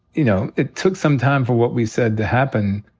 you know, it took some time for what we said to happen,